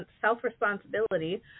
self-responsibility